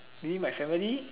maybe my family